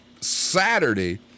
Saturday